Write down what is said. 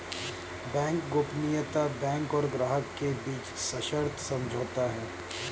bank गोपनीयता bank और ग्राहक के बीच सशर्त समझौता है